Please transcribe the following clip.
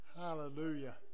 hallelujah